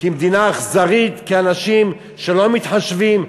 כמדינה אכזרית, כאנשים שלא מתחשבים.